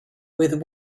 with